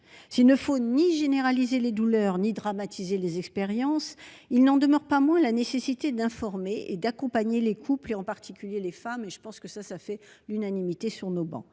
S'il ne faut ni généraliser les douleurs ni dramatiser les expériences, il n'en demeure pas moins nécessaire d'informer et d'accompagner les couples, et en particulier les femmes ; je pense que cela fait l'unanimité sur nos travées.